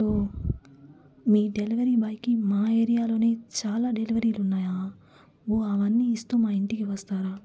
ఓహ్ మీ డెలివరీ బాయ్కి మా ఏరియాలోనే చాల డెలివరీలు ఉన్నాయా ఓహ్ అవన్నీ ఇస్తూ మా ఇంటికి వస్తారా